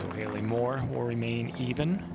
will haley moore will remain even.